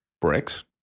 Bricks